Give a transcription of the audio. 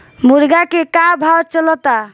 मुर्गा के का भाव चलता?